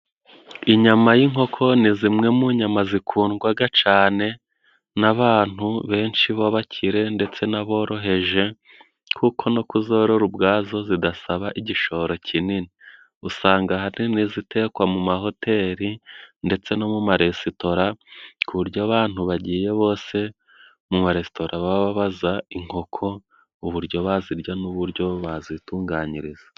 Inyama y'inkoko ni zimwe mu nyama zikundwaga cane n'abantu benshi b'abakire ndetse n'aboroheje kuko no kuzorora ubwazo zidasaba igishoro kinini. Usanga hari n'izitekwa mu mahoteli ndetse no mu maresitora ku buryo abantu bagiye bose mu maresitora baba babaza inkoko uburyo bazirya n'uburyo bazitunganyiriza.